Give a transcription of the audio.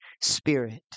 Spirit